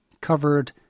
covered